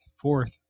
fourth